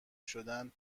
شدن